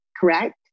correct